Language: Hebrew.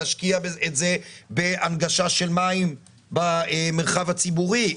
להשקיע את זה בהגשה של מים במרחב הציבורי.